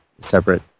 separate